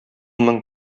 мең